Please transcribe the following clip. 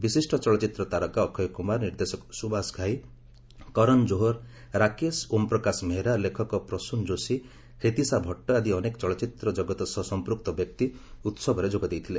ବିଶିଷ୍ଟ ଚଳଚ୍ଚିତ୍ର ତାରକା ଅକ୍ଷୟ କୁମାର ନିର୍ଦ୍ଦେଶକ ସୁବାସ ଘାଇ କରନ୍ ଜୋହର ରାକେଶ ଓମ୍ପ୍ରକାଶ ମେହେରା ଲେଖକ ପ୍ରସ୍ନନ୍ ଯୋଶୀ ହିତିଶା ଭଟ୍ଟ ଆଦି ଅନେକ ଚଳଚ୍ଚିତ୍ର ଜଗତ ସହ ସଂପୃକ୍ତ ବ୍ୟକ୍ତି ଉତ୍ବରେ ଯୋଗ ଦେଇଥିଲେ